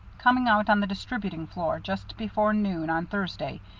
coming out on the distributing floor just before noon on thursday,